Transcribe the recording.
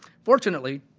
fortunately,